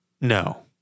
no